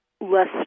Less